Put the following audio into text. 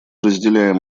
разделяем